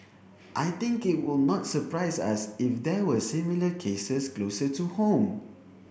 I think it would not surprise us if there were similar cases closer to home